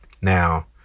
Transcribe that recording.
Now